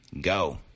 go